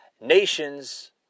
Nations